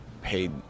Paid